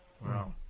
Wow